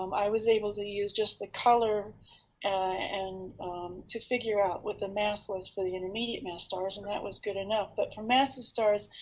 um i was able to use just the color and to figure out what the mass was for the intermediate-mass stars and that was good enough. but for massive stars,